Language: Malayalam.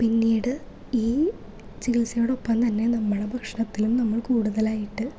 പിന്നീട് ഈ ചികിത്സയോടൊപ്പം തന്നെ നമ്മുടെ ഭക്ഷണത്തിലും നമ്മൾ കൂടുതലായിട്ട്